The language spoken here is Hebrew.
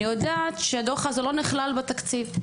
אני יודעת שהדו"ח הזה לא נכלל בתקציב.